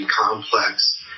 complex